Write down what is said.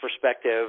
perspective